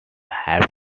have